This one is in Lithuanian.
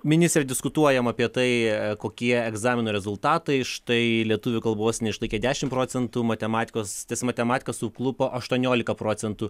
ministre diskutuojam apie tai kokie egzamino rezultatai štai lietuvių kalbos neišlaikė dešim procentų matematikos matematiką suklupo aštuoniolika procentų